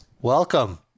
Welcome